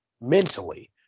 mentally